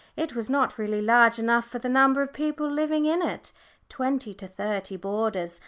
it was not really large enough for the number of people living in it twenty to thirty boarders,